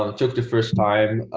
um took the first time